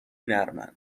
نرمن